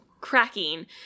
cracking